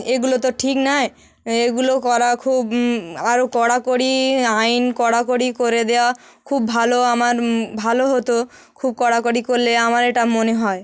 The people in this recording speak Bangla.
এগুলো তো ঠিক নয় এগুলো করা খুব আরও কড়াকড়ি আইন কড়াকড়ি করে দেওয়া খুব ভালো আমার ভালো হতো খুব কড়াকড়ি করলে আমার এটা মনে হয়